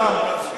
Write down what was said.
לא הרגו, רצחו.